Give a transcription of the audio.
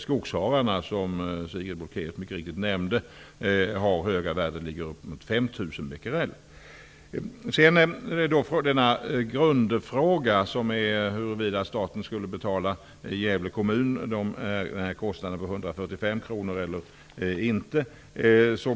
Skogshararna, som Sigrid Bolkéus nämnde, har ett högt värde på uppemot Grundfrågan är huruvida staten skulle betala Gävle kommun för kostnaden på 145 kr eller inte.